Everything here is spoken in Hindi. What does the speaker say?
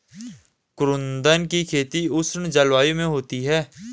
कुद्रुन की खेती उष्ण जलवायु में होती है